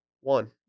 One